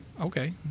Okay